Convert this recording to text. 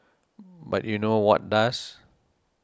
but you know what does